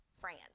France